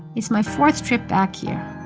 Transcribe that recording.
it's my fourth trip back here.